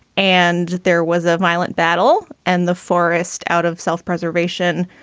and there was a violent battle and the forest out of self-preservation,